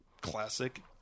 classic